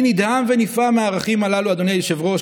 אני נדהם ונפעם מהמערכים הללו, אדוני היושב-ראש.